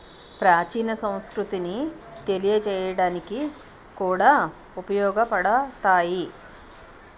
ప్రాచీన సంస్కృతిని తెలియజేయడానికి కూడా ఉపయోగపడతాయి